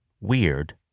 Weird